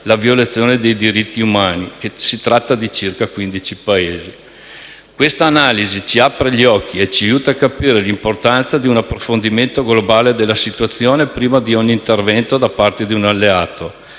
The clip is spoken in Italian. la violazione dei diritti umani. Si tratta di circa quindici Paesi. Quest'analisi ci apre gli occhi e ci aiuta a capire l'importanza di un approfondimento globale della situazione prima di ogni intervento da parte di un alleato.